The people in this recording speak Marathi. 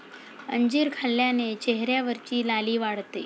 अंजीर खाल्ल्याने चेहऱ्यावरची लाली वाढते